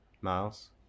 Miles